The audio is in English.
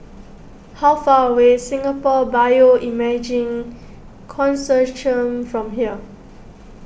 how far away Singapore Bioimaging Consortium from here